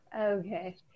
okay